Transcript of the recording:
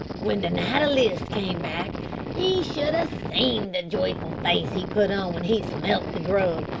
when the natter-list came back ye should ha' seen the joyful face he put on when he smelt the grub,